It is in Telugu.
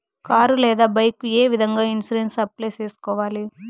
కారు లేదా బైకు ఏ విధంగా ఇన్సూరెన్సు అప్లై సేసుకోవాలి